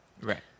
right